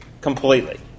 completely